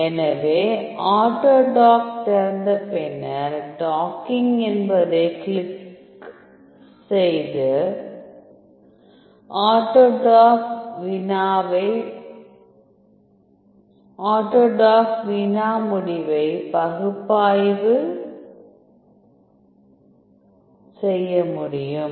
எனவே ஆட்டோடாக் திறந்த பின்னர் டாக்கிங் என்பதைக் கிளிக் செய்து ஆட்டோடாக் வினா முடிவை பகுப்பாய்வு செய்ய முடியும்